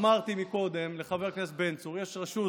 אמרתי קודם לחבר הכנסת בן צור שיש רשות